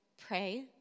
pray